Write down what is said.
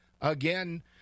again